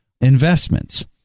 investments